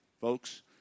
folks